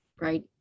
right